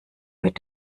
mit